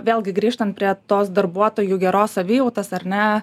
vėlgi grįžtant prie tos darbuotojų geros savijautos ar ne